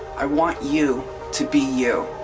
i want you to be you.